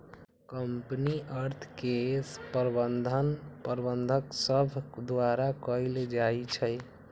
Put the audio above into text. company अर्थ के प्रबंधन प्रबंधक सभ द्वारा कएल जाइ छइ